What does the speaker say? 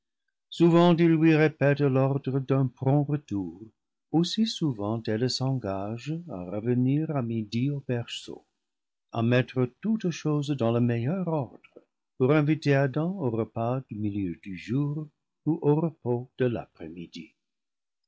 souvent il lui répète l'ordre d'un prompt retour aussi souvent elle s'engage à revenir à midi au berceau à mettre toute chose dans le meilleur ordre pour inviter adam au repas du milieu du jour ou au repos de l'aprèsmidi